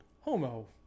homo